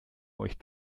euch